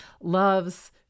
loves